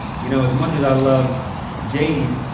you know, as much as i love jade,